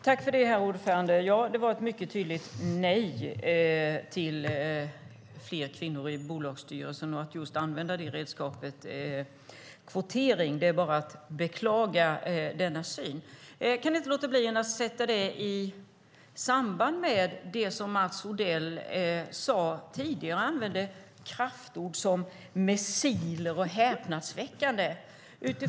Herr talman! Det var ett mycket tydligt nej till fler kvinnor i bolagsstyrelser och att använda redskapet kvotering. Det är bara att beklaga denna syn. Jag kan inte låta bli att sätta detta i samband med vad Mats Odell sade tidigare. Han använde kraftord som missiler och häpnadsväckande.